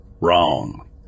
wrong